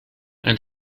ein